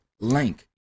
Link